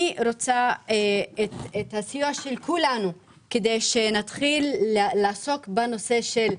אני רוצה את הסיוע של כולנו כדי שנתחיל לעסוק בנושא של...